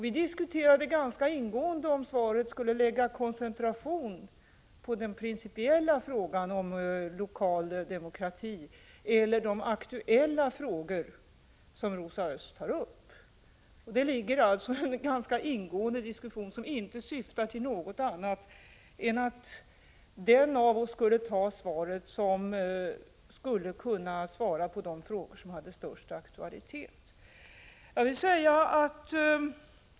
Vi diskuterade ganska ingående om svaret skulle lägga koncentrationen på den principiella frågan om lokal demokrati eller på de aktuella frågor som Rosa Östh tar upp. Det ligger alltså en ganska ingående diskussion bakom, som inte syftar till någonting annat än att den av oss som kunde svara på de frågor som hade störst aktualitet skulle besvara interpellationen.